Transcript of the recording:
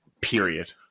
period